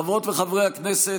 חברות וחברי הכנסת,